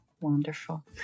Wonderful